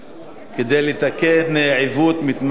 כדי לתקן עיוות שמתמשך שנים,